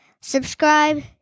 Subscribe